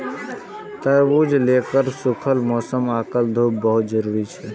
तरबूज लेल सूखल मौसम आ धूप बहुत जरूरी छै